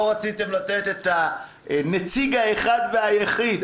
לא רציתם לתת את הנציג האחד והיחיד,